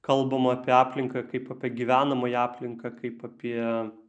kalbama apie aplinką kaip apie gyvenamąją aplinką kaip apie